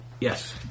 Yes